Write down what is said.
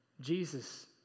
Jesus